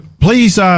please